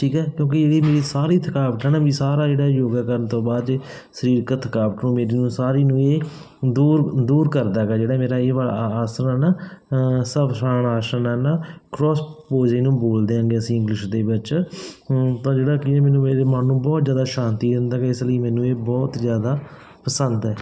ਠੀਕ ਹੈ ਕਿਉਂਕਿ ਇਹਦੀ ਮੇਰੀ ਸਾਰੀ ਥਕਾਵਟ ਨਾ ਵੀ ਸਾਰਾ ਜਿਹੜਾ ਯੋਗਾ ਕਰਨ ਤੋਂ ਬਾਅਦ ਸਰੀਰਕ ਥਕਾਵਟ ਨੂੰ ਮੇਰੀ ਨੂੰ ਸਾਰੀ ਨੂੰ ਇਹ ਦੂਰ ਦੂਰ ਕਰਦਾ ਹੈਗਾ ਜਿਹੜਾ ਮੇਰਾ ਇਹ ਵਾਲਾ ਆਸਣ ਹੈ ਨਾ ਸਵ ਸ਼ਾਣ ਆਸਣ ਹੈ ਨਾ ਕਰੋਸ ਪੋਜ ਇਹਨੂੰ ਬੋਲਦੇ ਹੈਗੇ ਅਸੀਂ ਇੰਗਲਿਸ਼ ਦੇ ਵਿੱਚ ਤਾਂ ਜਿਹੜਾ ਕਿ ਮੈਨੂੰ ਮੇਰੇ ਮਨ ਨੂੰ ਬਹੁਤ ਜ਼ਿਆਦਾ ਸ਼ਾਂਤੀ ਦਿੰਦਾ ਵੀ ਇਸ ਲਈ ਮੈਨੂੰ ਇਹ ਬਹੁਤ ਜ਼ਿਆਦਾ ਪਸੰਦ ਹੈ